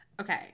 Okay